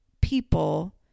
people